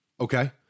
Okay